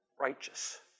righteous